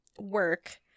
work